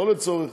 לא לצורך